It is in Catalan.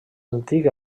antic